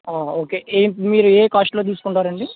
okay ఏంటి మీరు ఏ కాస్టలో తీసుకుంటారండి